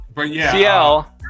CL